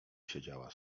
siedziała